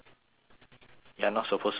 you're not supposed to say that